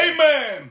Amen